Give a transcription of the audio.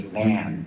man